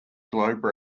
globe